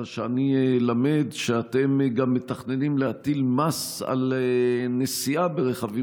אלא שאני למד שאתם גם מתכננים להטיל מס על נסיעה ברכבים